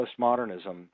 postmodernism